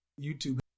YouTube